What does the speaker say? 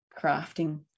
crafting